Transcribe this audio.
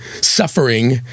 suffering